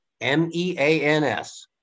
M-E-A-N-S